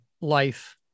life